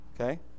okay